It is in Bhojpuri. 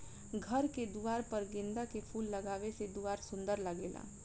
घर के दुआर पर गेंदा के फूल लगावे से दुआर सुंदर लागेला